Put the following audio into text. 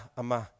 ama